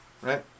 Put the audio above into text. right